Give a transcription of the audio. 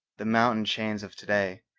the mountain chains of to-day,